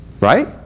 Right